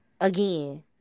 Again